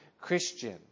Christian